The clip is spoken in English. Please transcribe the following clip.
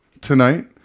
tonight